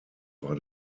war